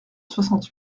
soixante